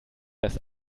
dass